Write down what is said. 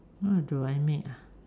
what do I make ah